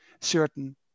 certain